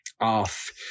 off